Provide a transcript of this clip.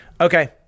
Okay